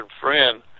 friend